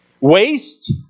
Waste